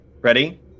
Ready